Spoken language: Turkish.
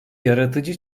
yaratıcı